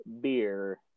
beer